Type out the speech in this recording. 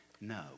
no